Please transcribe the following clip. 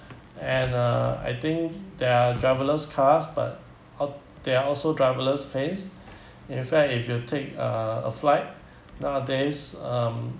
and uh I think there are driverless cars but ot~ there are also planes in fact if you take uh a flight nowadays um